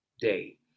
day